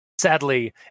Sadly